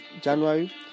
January